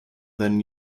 then